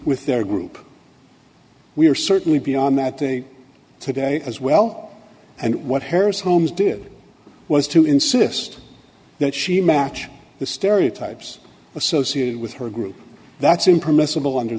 with their group we are certainly beyond that day today as well and what harris holmes did was to insist that she match the stereotypes associated with her group that's him permissible under